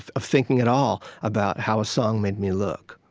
of of thinking at all about how a song made me look.